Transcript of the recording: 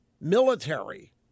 military